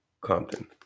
Compton